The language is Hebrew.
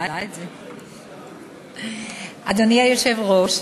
אדוני היושב-ראש,